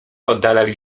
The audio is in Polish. oddalali